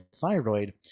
thyroid